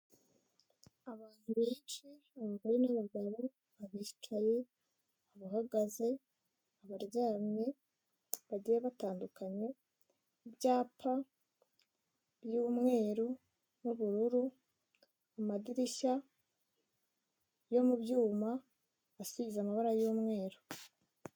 Abantu benshi, abagore n’abagabo, abicaye, abahagaze, abaryamye, bajyiye batandu .Ibyapa by’umweru n’ubururu, amadirishya yo mu byuma asize amabara y’mweru.